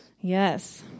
Yes